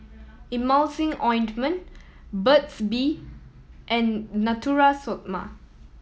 Emulsying Ointment Burt's Bee and Natura Stoma